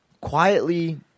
quietly